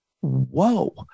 whoa